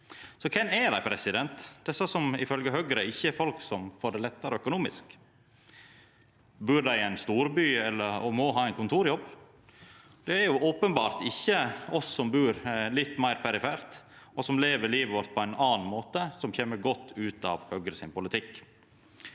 Så kven er dei, desse som ifølgje Høgre ikkje er folk som får det lettare økonomisk? Bur dei i ein storby og må ha ein kontorjobb? Det er jo openbert ikkje oss som bur litt meir perifert, og som lever livet vårt på ein annan måte, som kjem godt ut av politikken